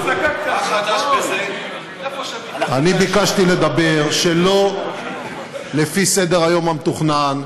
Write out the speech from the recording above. אני ביקשתי לדבר שלא לפי סדר-היום המתוכנן,